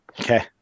Okay